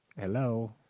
Hello